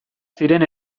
ziren